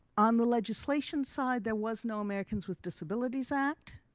on the legislation side, there was no americans with disabilities act.